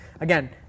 again